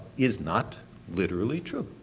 is not literally true.